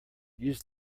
use